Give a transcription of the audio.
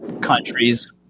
countries